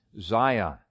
Zion